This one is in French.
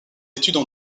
études